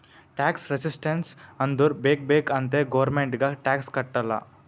tax resistance ಅಂದುರ್ ಬೇಕ್ ಬೇಕ್ ಅಂತೆ ಗೌರ್ಮೆಂಟ್ಗ್ ಟ್ಯಾಕ್ಸ್ ಕಟ್ಟಲ್ಲ